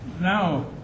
Now